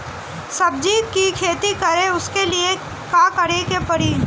सब्जी की खेती करें उसके लिए का करिके पड़ी?